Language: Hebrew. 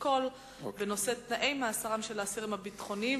בנושא תנאי מאסרם של האסירים הביטחוניים.